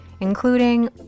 including